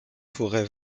pourraient